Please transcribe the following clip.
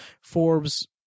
Forbes